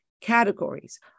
categories